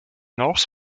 north